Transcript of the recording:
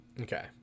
Okay